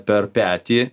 per petį